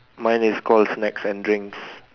mine is called snacks and drinks